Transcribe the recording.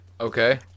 Okay